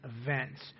events